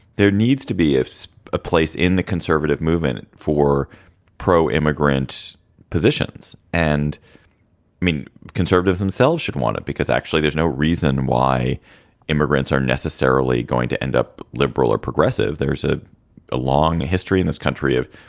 there needs to be a place in the conservative movement for pro-immigrant positions and mean conservatives themselves should want it because actually there's no reason why immigrants are necessarily going to end up liberal or progressive. there's ah a long history in this country of,